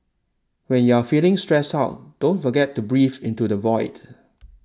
when you are feeling stressed out don't forget to breathe into the void